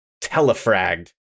telefragged